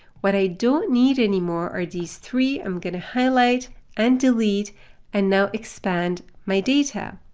what i don't need anymore are these three. i'm going to highlight and delete and now expand my data.